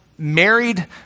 married